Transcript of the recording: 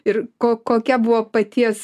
ir ko kokia buvo paties